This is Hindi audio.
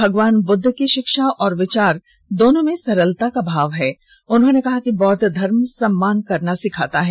भगवान बुद्ध की शिक्षा एवं विचार दोनों में सरलता का भाव है उन्होंने कहा कि बौद्व धर्म सम्मान करना सिखाता है